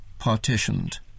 Partitioned